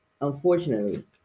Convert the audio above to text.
unfortunately